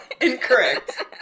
incorrect